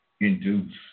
induce